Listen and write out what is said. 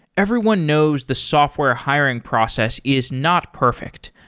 everyone knows the software hiring process is not perfect.